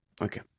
Okay